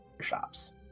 shops